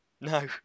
no